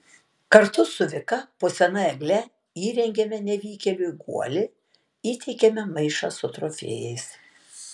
kartu su vika po sena egle įrengiame nevykėliui guolį įteikiame maišą su trofėjais